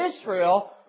Israel